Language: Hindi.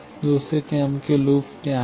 दूसरा क्रम के लूप क्या है